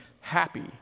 happy